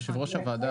יושב ראש הוועדה.